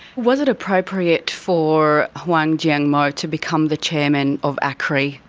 was it appropriate for huang xiangmo to become the chairman of acri,